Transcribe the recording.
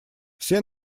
все